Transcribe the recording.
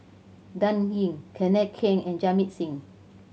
Dan Ying Kenneth Keng and Jamit Singh